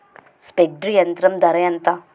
Spray యంత్రం ధర ఏంతా?